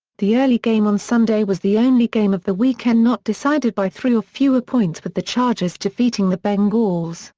the early game on sunday was the only game of the weekend not decided by three or fewer points with the chargers defeating the bengals,